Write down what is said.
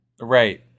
Right